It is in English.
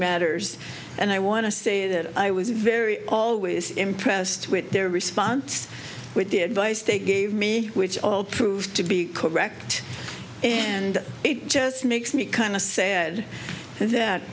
matters and i want to say that i was very always impressed with their response with the advice they gave me which all proved to be correct and it just makes me kind of sad that